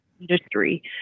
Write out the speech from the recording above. industry